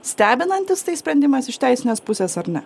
stebinantis tai sprendimas iš teisinės pusės ar ne